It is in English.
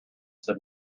said